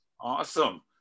Awesome